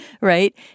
right